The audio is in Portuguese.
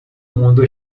mundo